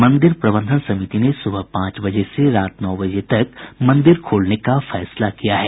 मंदिर प्रबंधन समिति ने सुबह पांच बजे से रात नौ बजे तक मंदिर खोलने का फैसला किया है